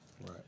right